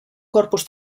corpus